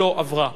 לא עברה.